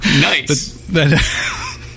nice